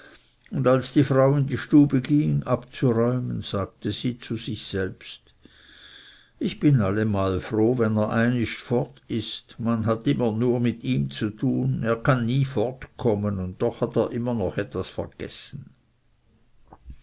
und als die frau in die stube ging abzuräumen sagte sie zu sich selbst ich bin allemal froh wenn er einist fort ist man hat immer nur mit ihm zu tun er kann nie fortkommen und doch hat er immer noch etwas vergessen